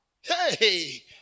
Hey